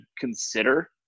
consider